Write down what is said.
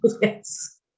Yes